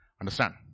Understand